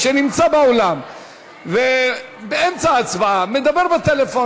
שנמצא באולם ובאמצע ההצבעה מדבר בטלפון